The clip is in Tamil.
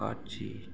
காட்சி